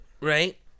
Right